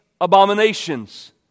abominations